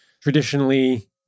traditionally